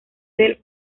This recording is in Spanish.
del